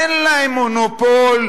אין להם מונופול,